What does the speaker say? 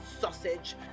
sausage